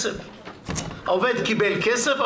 העובד קיבל כסף,